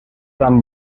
sant